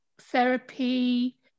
therapy